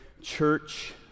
church